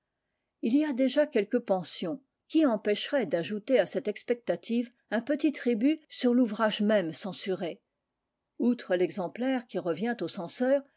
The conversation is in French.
il y a déjà quelques pensions qui empêcherait d'ajouter à cette expectative un petit tribut sur l'ouvrage même censuré outre l'exemplaire qui revient au censeur